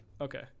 Okay